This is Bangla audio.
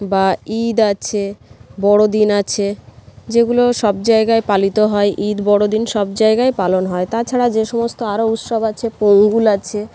বা ঈদ আছে বড়দিন আছে যেগুলো সব জায়গায় পালিত হয় ঈদ বড়দিন সব জায়গায় পালন হয় তাছাড়া যে সমস্ত আরও উৎসব আছে পোঙ্গল আছে